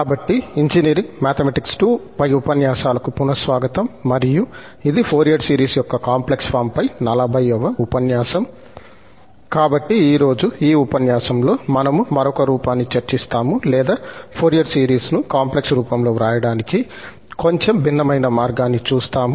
కాబట్టి ఈ రోజు ఈ ఉపన్యాసంలో మనము మరొక రూపాన్ని చర్చిస్తాము లేదా ఫోరియర్ సిరీస్ను కాంప్లెక్స్ రూపంలో వ్రాయడానికి కొంచెం భిన్నమైన మార్గాన్ని చూస్తాము